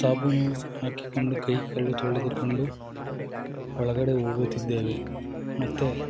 ಸಾಬೂನು ಹಾಕಿಕೊಂಡು ಕೈ ಕಾಲು ತೊಳೆದುಕೊಂಡು ಒಳಗಡೆ ಹೋಗುತ್ತಿದ್ದೇವೆ ಮತ್ತೆ